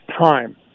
time